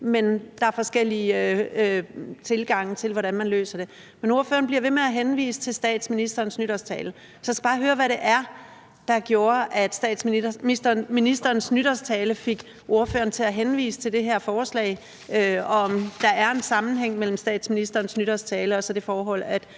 men der er forskellige tilgange til, hvordan man løser det. Ordføreren bliver ved med at henvise til statsministerens nytårstale. Jeg skal bare høre, hvad det var, der gjorde, at statsministerens nytårstale fik ordføreren til at henvise til det her forslag, og om der er en sammenhæng mellem statsministerens nytårstale og det forhold, at